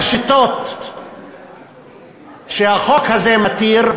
בשיטות שהחוק הזה מתיר,